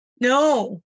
No